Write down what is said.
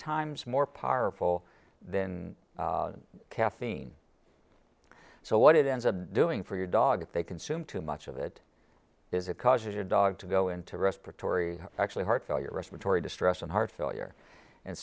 times more powerful than caffeine so what it ends up doing for your dog if they consume too much of it is it causes your dog to go into respiratory actually heart failure respiratory distress and heart failure and